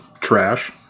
trash